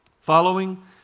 Following